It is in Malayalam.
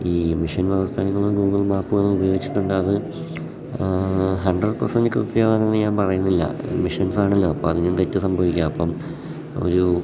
ഈ മിഷൻ വ്യവസ്ഥങ്ങളും ഗൂഗിൾ മാപ്പ്കൾ ഉപയോഗിച്ചിട്ടുണ്ട് അത് ഹൺഡ്രഡ് പെർസെൻറ് കൃത്യമാണെന്ന് ഞാൻ പറയുന്നില്ല അത് മെഷിൻസാണല്ലോ അപ്പം അതിനും തെറ്റ് സംഭവിക്കാം അപ്പം ഒരു